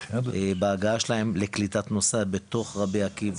בהגעה שלהן לקליטת נוסע בתוך רבי עקיבא.